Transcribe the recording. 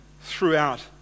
throughout